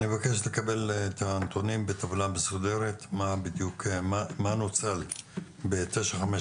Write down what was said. אני לקבל את הנתונים בטבלה מסודרת מה בדיוק נוצל ב-959,